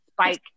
spike